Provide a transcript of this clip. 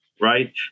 right